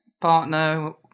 partner